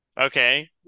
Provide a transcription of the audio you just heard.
Okay